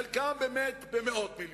חלקן באמת במאות מיליונים,